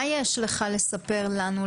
מה תרצה לספר לנו,